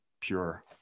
pure